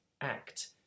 act